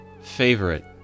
Favorite